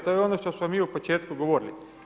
To je ono što smo mi u početku govorili.